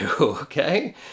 Okay